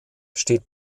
steht